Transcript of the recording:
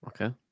Okay